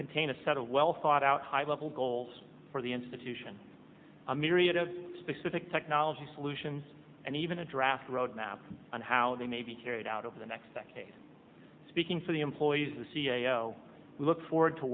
contain a set of well thought out high level goals for the institution a myriad of specific technology solutions and even a draft roadmap on how they may be carried out over the next decade speaking for the employees the c e o we look forward to